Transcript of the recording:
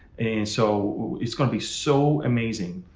and so it's gonna be so amazing.